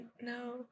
no